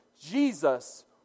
Jesus